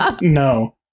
No